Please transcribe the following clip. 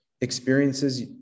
experiences